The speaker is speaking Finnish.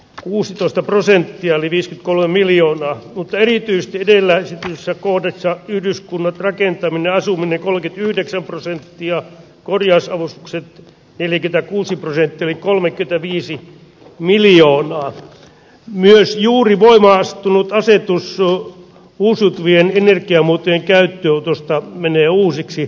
kuusitoista prosenttia likis kolme miljoonaa mutta erityisesti edellä sitä missä kohdassa yhdyskunnat rakentaminen asuminen kolkytyhdeksän prosenttia korjausavustuksen eli tarkkuus heitteli kolme kytäviisi miljoonaa mielestä juuri voimaanastunut asetus suo uusiutuvien energiamuotojen käyn jutusta menee uusiksi